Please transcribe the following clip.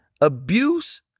Abuse